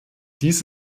dies